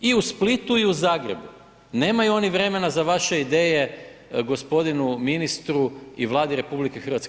I u Splitu i u Zagrebu, nemaju oni vremena za vaše ideje gospodinu ministru i Vladi RH.